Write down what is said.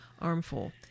armful